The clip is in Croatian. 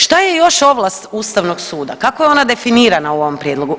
Šta je još ovlast ustavnog suda, kako je ona definirana u ovom prijedlogu?